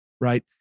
right